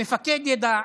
המפקד ידע,